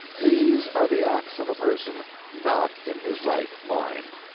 these are the acts of a person not in his right mind.